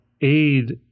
aid